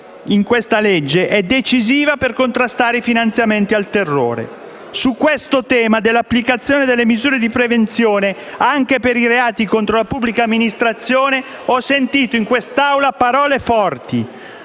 disegno di legge - è decisiva per contrastare i finanziamenti al terrore. In tema di applicazione delle misure di prevenzione anche per i reati contro la pubblica amministrazione ho sentito in quest'Aula parole forti: